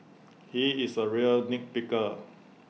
he is A real nit picker